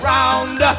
Round